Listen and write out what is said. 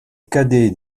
cadets